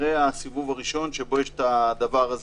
אחרי הסיבוב הראשון שבו יש את הדבר הזה.